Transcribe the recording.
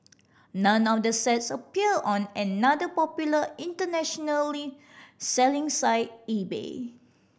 none of the sets appeared on another popular international selling site eBay